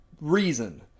reason